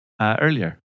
earlier